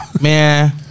Man